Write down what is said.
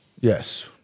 Yes